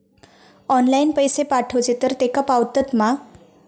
Online पैसे पाठवचे तर तेका पावतत मा?